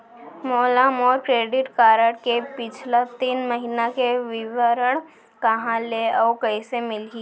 मोला मोर credit card के पिछला तीन महीना के विवरण कहाँ ले अऊ कइसे मिलही?